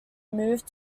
moved